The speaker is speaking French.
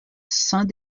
saint